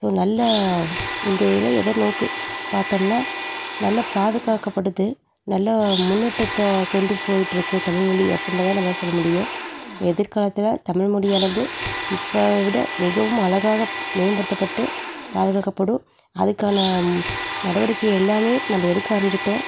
நல்ல இந்த இதில் எதை நோக்கி பார்த்தோம்னா நல்ல பாதுகாக்கப்படுது நல்ல முன்னேற்றத்தை கொண்டு போயிட்டிருக்கு தமிழ் மொழி அப்படின்றத தான் நம்மளால் சொல்ல முடியும் எதிர்காலத்தில் தமிழ் மொழியானது இப்போ விட மிகவும் அழகாக மேம்படுத்தப்பட்டு பாதுகாக்கப்படும் அதுக்கான நடவடிக்கை எல்லாமே நம்ப எடுக்க ஆரம்பிச்சுட்டோம்